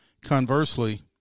conversely